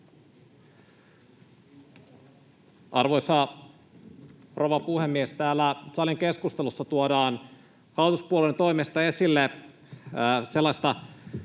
Arvoisa rouva puhemies! Täällä salin keskustelussa tuodaan hallituspuolueiden toimesta esille toteamusta,